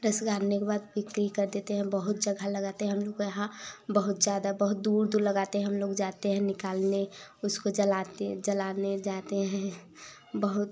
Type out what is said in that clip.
रस गारने के बाद बिक्री कर देते हैं बहुत जगह लगाते हम लोग यहाँ बहुत ज़्यादा बहुत दूर दूर लगाते हम लोग जाते हैं निकालने उसको जलाते जलाने जाते हैं बहुत